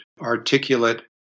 articulate